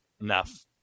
enough